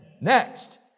Next